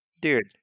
dude